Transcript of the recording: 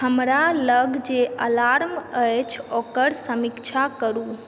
हमरा लग जे अलार्म अछि ओकर समीक्षा करू